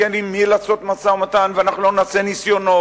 כי אין עם מי לעשות משא-ומתן ואנחנו לא נעשה ניסיונות.